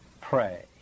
pray